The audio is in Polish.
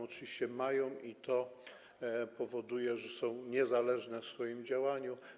Oczywiście, że mają i to powoduje, że są niezależne w swoim działaniu.